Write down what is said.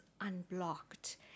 unblocked